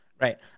Right